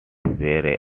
where